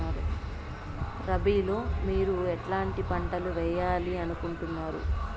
రబిలో మీరు ఎట్లాంటి పంటలు వేయాలి అనుకుంటున్నారు?